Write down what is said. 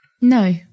No